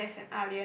ya